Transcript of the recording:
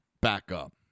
backup